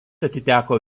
atiteko